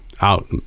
out